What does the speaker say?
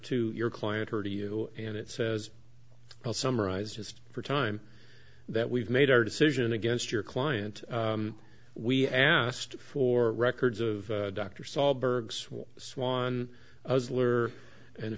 to your client or to you and it says i'll summarize just for time that we've made our decision against your client we asked for records of dr saul berg's swan and a